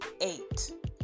Eight